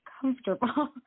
comfortable